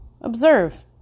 observe